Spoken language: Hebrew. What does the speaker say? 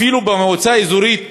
אפילו במועצה האזורית